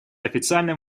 официальным